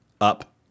up